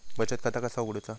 बचत खाता कसा उघडूचा?